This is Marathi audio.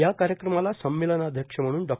या कार्यक्रमाला संमेलनाध्यक्ष म्हणून डॉ